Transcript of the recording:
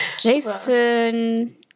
Jason